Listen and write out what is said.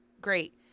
great